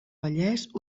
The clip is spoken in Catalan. vallès